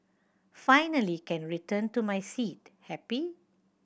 finally can return to my seat happy